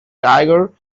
tiger